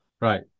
right